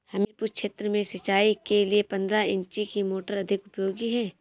हमीरपुर क्षेत्र में सिंचाई के लिए पंद्रह इंची की मोटर अधिक उपयोगी है?